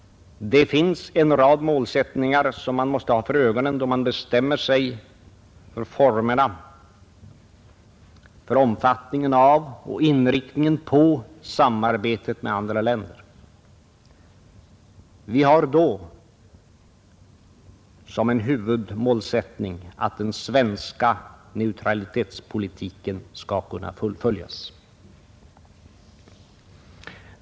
Det finns en rad målsättningar som man måste ha för ögonen då man bestämmer sig för formerna för omfattningen av och inriktningen på samarbetet med andra länder. Vi har då som en huvudmålsättning att den svenska neutralitetspolitiken skall kunna fullföljas.